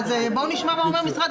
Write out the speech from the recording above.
בואו נשמע מה הדרישות של משרד